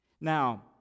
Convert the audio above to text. Now